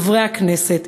חברי הכנסת,